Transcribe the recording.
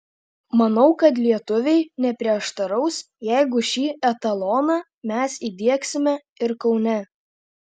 manau kad lietuviai neprieštaraus jeigu šį etaloną mes įdiegsime ir kaune